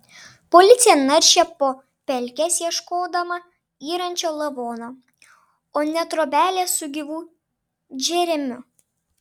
policija naršė po pelkes ieškodama yrančio lavono o ne trobelės su gyvu džeremiu